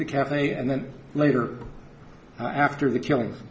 the cafe and then later after the killings